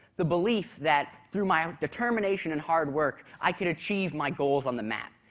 the belief that through my own determination and hard work, i could achieve my goals on the map,